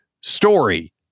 Story